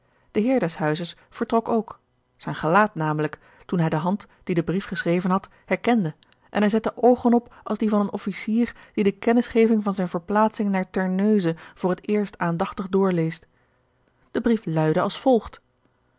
heer des huizes vertrok ook zijn gelaat namelijk toen hij de hand die den brief geschreven had herkende en hij zette oogen op als die van een officier die de kennisgeving van zijne verplaatsing naar ter neuze voor het eerst aandachtig doorleest de brief luidde als volgt